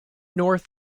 north